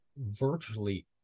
Virtually